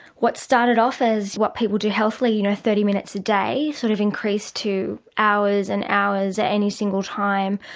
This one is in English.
what started off as what people do healthily, you know thirty minutes a day, sort of increased to hours and hours at any single time.